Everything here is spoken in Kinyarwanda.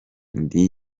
ndi